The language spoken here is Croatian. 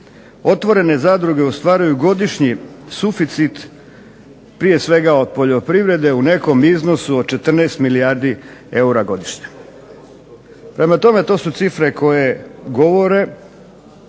otvorene zadruge ostvaruju godišnji suficit prije svega od poljoprivrede u nekom iznosu od 14 milijardi eura godišnje. Prema tome, to su cifre koje govore